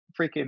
freaking